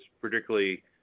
particularly